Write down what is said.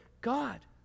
God